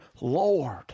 Lord